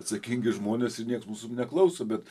atsakingi žmonės ir nieks mūsų neklauso bet